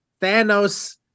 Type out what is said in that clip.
Thanos